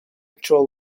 control